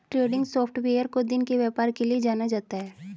trending software को दिन के व्यापार के लिये जाना जाता है